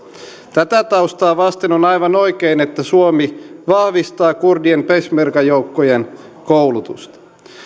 tätä taustaa vasten on aivan oikein että suomi vahvistaa kurdien peshmerga joukkojen koulutusta